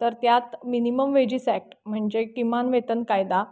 तर त्यात minimum wages act म्हणजे किमान वेतन कायदा